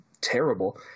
terrible